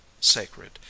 sacred